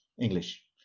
English